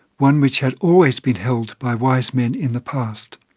one which had always been held by wise men in the past.